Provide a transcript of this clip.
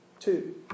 Two